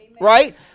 Right